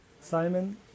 Simon